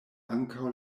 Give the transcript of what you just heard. ankaŭ